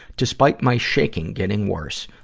despite my shaking getting worse,